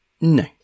No